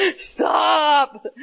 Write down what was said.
stop